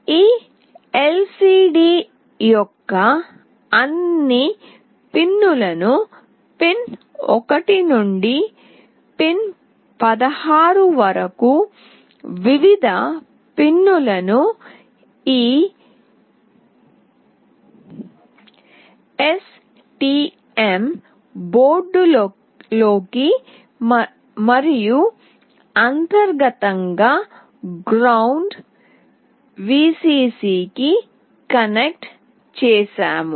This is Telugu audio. ఈ ఎల్సిడి యొక్క అన్ని పిన్లను పిన్ 1 నుండి పిన్ 16 వరకు వివిధ పిన్లకు ఈ ఎస్టిఎమ్ బోర్డులోకి మరియు అంతర్గతంగా గ్రౌండ్ విసిసికి కనెక్ట్ చేసాము